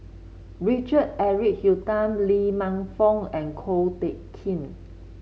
Richard Eric Holttum Lee Man Fong and Ko Teck Kin